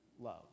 love